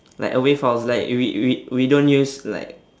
like a wave house like we we we don't use like